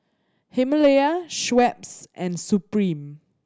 Himalaya Schweppes and Supreme